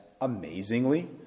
amazingly